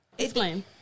Explain